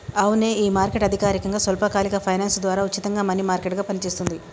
అవునే ఈ మార్కెట్ అధికారకంగా స్వల్పకాలిక ఫైనాన్స్ ద్వారా ఉచితంగా మనీ మార్కెట్ గా పనిచేస్తుంది